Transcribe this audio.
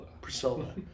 Priscilla